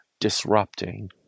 disrupting